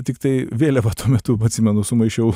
tiktai vėliavą tuo metu atsimenu sumaišiau